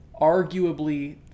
arguably